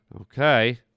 Okay